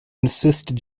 insisted